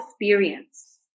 experience